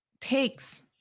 takes